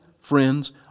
friends